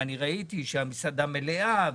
ואני ראיתי שהמסעדה מלאה,